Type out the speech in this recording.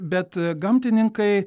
bet gamtininkai